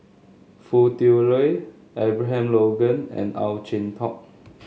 Foo Tui Liew Abraham Logan and Ow Chin Hock